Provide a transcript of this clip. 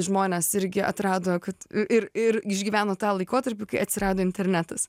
žmonės irgi atrado kad ir ir išgyveno tą laikotarpį kai atsirado internetas